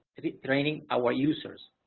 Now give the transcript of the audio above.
training our users.